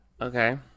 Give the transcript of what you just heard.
Okay